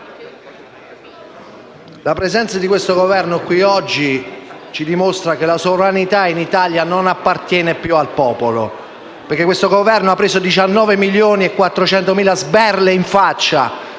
la presenza di questo Governo qui, oggi, ci dimostra che la sovranità in Italia non appartiene più al popolo, perché il Governo ha preso 19.400.000 sberle in faccia